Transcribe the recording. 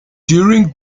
during